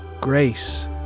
Grace